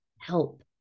help